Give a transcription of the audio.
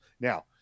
Now